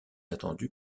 attendue